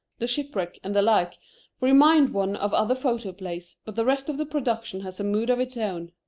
the shipwreck and the like remind one of other photoplays, but the rest of the production has a mood of its own.